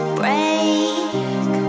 break